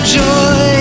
joy